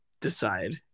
Decide